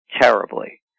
terribly